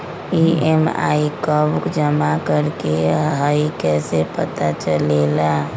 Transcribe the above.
EMI कव जमा करेके हई कैसे पता चलेला?